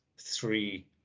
three